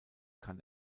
kann